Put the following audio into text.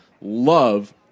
love